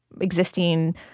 existing